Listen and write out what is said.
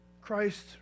Christ